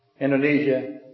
Indonesia